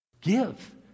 Give